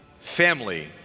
family